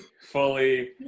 fully